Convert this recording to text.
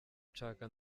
nshaka